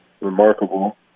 remarkable